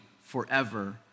forever